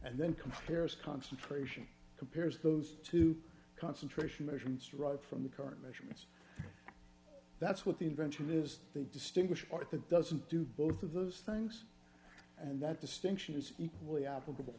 and then comparison concentration compares those to concentration measurements right from the current measurement that's what the invention is the distinguished part that doesn't do both of those things and that distinction is equally applicable